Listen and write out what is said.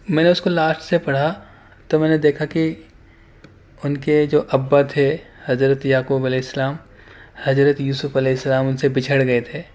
میں نے اس کو لاسٹ سے پڑھا تو میں نے دیکھا کہ ان کے جو ابا تھے حضرت یعقوب علیہ السلام حضرت یوسف علیہ السلام ان سے بچھڑ گئے تھے